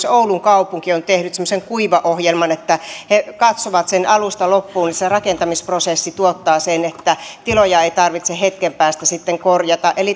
oulun kaupunki on tehnyt semmoisen kuivaohjelman että he katsovat sen alusta loppuun että rakentamisprosessi tuottaa sen että tiloja ei tarvitse hetken päästä sitten korjata